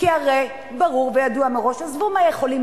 כי הרי ברור וידוע מראש: עזבו מה יכולים